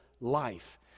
life